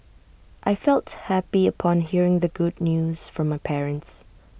I felt happy upon hearing the good news from my parents